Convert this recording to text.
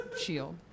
shield